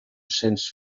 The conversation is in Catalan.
sens